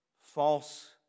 false